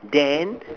then